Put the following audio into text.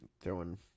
throwing